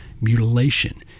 mutilation